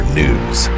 news